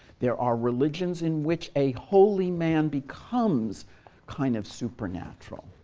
there are religions in which a holy man becomes kind of supernatural